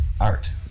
art